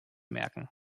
merken